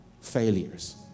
failures